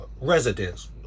residents